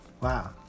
wow